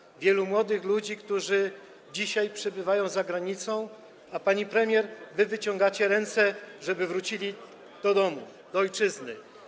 Chodzi o wielu młodych ludzi, którzy dzisiaj przebywają za granicą, a wy, pani premier, wyciągacie ręce, żeby wrócili do domu, do ojczyzny.